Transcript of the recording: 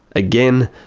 again,